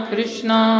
Krishna